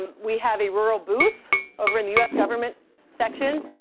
um we have a rural booth over in the us government section.